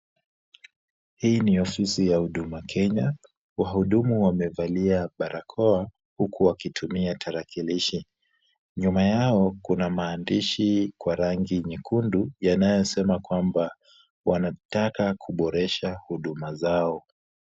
Hii ni ofisi ya Huduma Kenya. Wahudumu wamevalia barakoa huku wakitumia tarakilishi. Nyuma yao kuna maandishi kwa rangi nyekundu yanayosema kwamba wanataka kuboresha huduma zao.